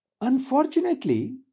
Unfortunately